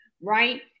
right